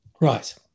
Right